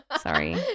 Sorry